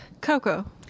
Coco